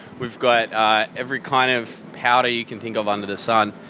we've got every kind of powder you can think of under the sun.